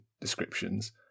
descriptions